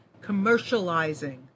commercializing